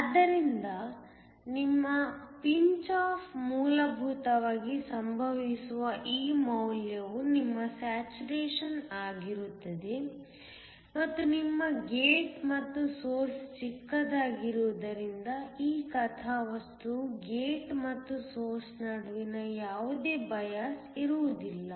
ಆದ್ದರಿಂದ ನಿಮ್ಮ pinch off ಮೂಲಭೂತವಾಗಿ ಸಂಭವಿಸುವ ಈ ಮೌಲ್ಯವು ನಿಮ್ಮ ಸ್ಯಾಚುರೇಶನ್ ಆಗಿರುತ್ತದೆ ಮತ್ತು ನಿಮ್ಮ ಗೇಟ್ ಮತ್ತು ಸೋರ್ಸ್ ಚಿಕ್ಕದಾಗಿರುವುದರಿಂದ ಈ ಕಥಾವಸ್ತುವು ಗೇಟ್ ಮತ್ತು ಸೋರ್ಸ್ ನಡುವೆ ಯಾವುದೇ ಬಯಾಸ್ ಇರುವುದಿಲ್ಲ